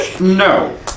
No